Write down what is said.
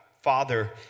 Father